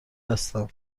هستم